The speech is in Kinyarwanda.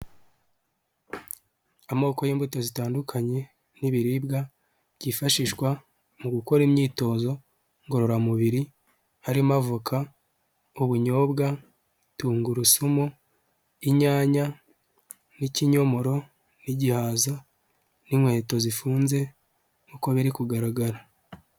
Amoko y'imbuto zitandukanye n'ibiribwa byifashishwa mu gukora imyitozo ngororamubiri, harimo; avoka, ubunyobwa, tungurusumu, inyanya n'ikinyomoro n'igihaza n'inkweto zifunze nk'uko biri kugaragara.